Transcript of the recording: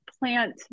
plant